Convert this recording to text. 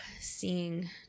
seeing